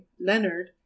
leonard